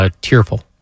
tearful